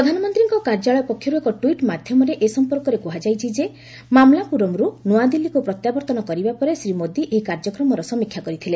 ପ୍ରଧାନମନ୍ତ୍ରୀଙ୍କ କାର୍ଯ୍ୟାଳୟ ପକ୍ଷରୁ ଏକ ଟ୍ୱିଟ୍ ମାଧ୍ୟମରେ ଏ ସଂପର୍କରେ କୁହାଯାଇଛି ଯେ ମାମଲାପୁରମ୍ରୁ ନୂଆଦିଲ୍ଲୀକୁ ପ୍ରତ୍ୟାବର୍ତ୍ତନ କରିବା ପରେ ଶ୍ରୀ ମୋଦି ଏହି କାର୍ଯ୍ୟକ୍ରମର ସମୀକ୍ଷା କରିଥିଲେ